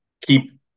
keep